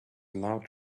loud